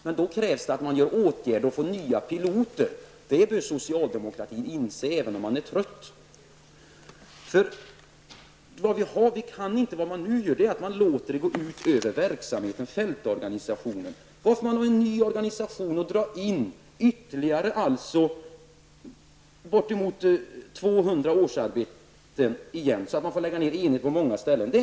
Men då krävs det att man vidtar åtgärder och får nya piloter. Det bör socialdemokraterna inse även om de är trötta. Det man nu gör är att man låter det gå ut över verksamheten, fältorganisationen. Man gör en ny organisation och drar skall dra in ytterligare bortemot 200 årsarbeten, så att man får lägga ner enheter på många ställen.